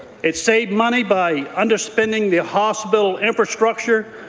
it saved money by underspending the hospital infrastructure,